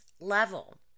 level